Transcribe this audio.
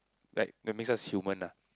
like that makes us human lah